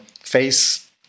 face